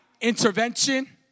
intervention